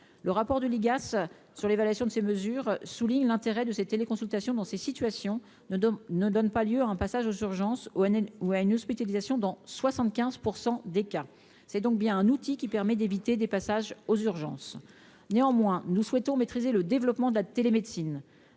le rapport de l'IGAS sur l'évaluation de ces mesures soulignent l'intérêt de ces téléconsultations dans ces situations ne ne donne pas lieu à un passage aux urgences nn ou à une hospitalisation dans 75 % des cas, c'est donc bien un outil qui permet d'éviter des passages aux urgences, néanmoins, nous souhaitons maîtriser le développement de la télémédecine,